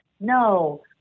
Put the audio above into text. no